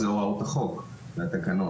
אלה הוראות החוק בתקנות.